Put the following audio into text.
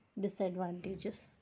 disadvantages